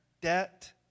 debt